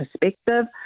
perspective